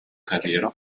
carriera